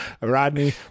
Rodney